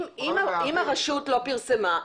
אם הרשות לא פרסמה,